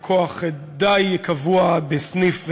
בסניף "מגה"